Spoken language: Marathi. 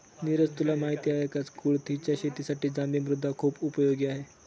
निरज तुला माहिती आहे का? कुळिथच्या शेतीसाठी जांभी मृदा खुप उपयोगी आहे